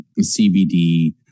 CBD